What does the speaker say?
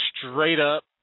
straight-up